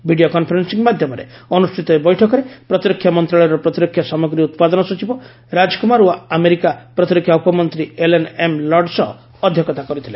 video conferencing ମାଧ୍ୟମରେ ଅନୁଷ୍ଠିତ ଏହି ବୈଠକରେ ପ୍ରତିରକ୍ଷା ମନ୍ତ୍ରଣାଳୟର ପ୍ରତିରକ୍ଷା ସାମଗ୍ରୀ ଉତ୍ପାଦନ ସଚିବ ରାଜକୁମାର ଓ ଆମେରିକା ପ୍ରତିରକ୍ଷା ଉପମନ୍ତ୍ରୀ ଏଲେନ୍ ଏମ୍ ଲଡ୍ ସହ ଅଧ୍ୟକ୍ଷତା କରିଥିଲେ